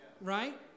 right